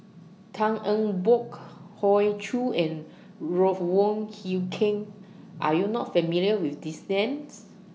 Tan Eng Bock Hoey Choo and Ruth Wong Hie King Are YOU not familiar with These Names